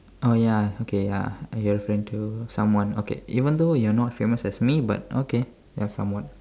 oh ya okay ya are you a friend to someone okay even though you're not famous as me but okay you're somewhat